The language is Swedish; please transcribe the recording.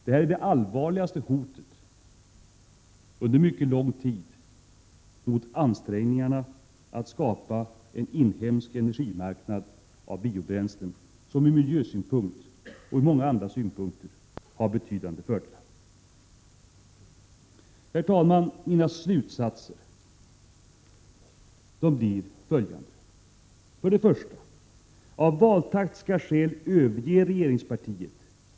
Detta är det allvarligaste hotet under mycket lång tid mot ansträngningarna att skapa en inhemsk energimarknad för biobränslen, som ur miljösynpunkt och även ur många andra synpunkter har betydande fördelar. Herr talman! Mina slutsatser blir följande. För det första: Av valtaktiska skäl överger regeringspartiet den energipoli Prot.